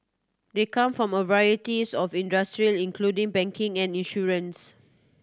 they come from a varieties of industry including banking and insurance